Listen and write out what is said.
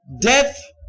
death